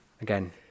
again